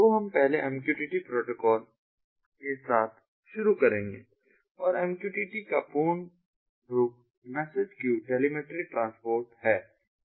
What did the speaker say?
तो हम पहले MQTT प्रोटोकॉल के साथ शुरू करेंगे और इस MQTT का पूर्ण रूप मैसेज क्यू टेलिमेटरी ट्रांसपोर्ट है